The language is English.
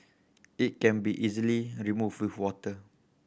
it can be easily removed with water